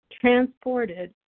transported